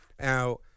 Now